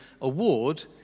award